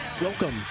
Welcome